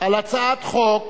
על הצעת חוק